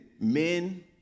men